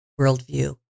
worldview